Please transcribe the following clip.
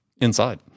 inside